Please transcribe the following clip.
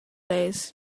days